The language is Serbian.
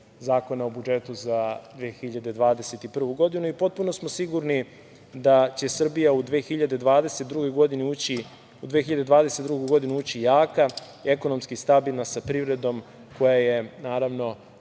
Zakona o budžetu za 2021. godinu i potpuno smo sigurni da će Srbija u 2022. godinu ući jaka, ekonomski stabilna sa privredom koja je naravno